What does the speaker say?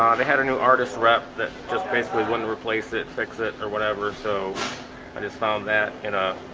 they had a new artist rep that just basically, wouldn't replace it fix it or whatever so i just found that in a